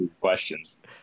questions